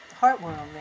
heartwarming